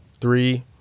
three